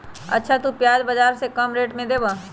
अच्छा तु प्याज बाजार से कम रेट में देबअ?